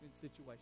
situation